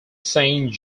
saint